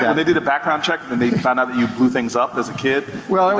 yeah they did a background check and they found out that you blew things up as a kid. well,